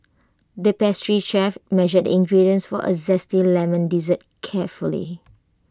the pastry chef measured ingredients for A Zesty Lemon Dessert carefully